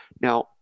Now